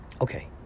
Okay